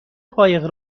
قایق